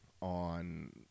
on